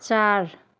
चार